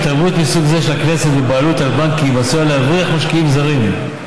התערבות מסוג זה של הכנסת בבעלות על הבנקים עשויה להבריח משקיעים זרים,